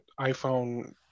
iPhone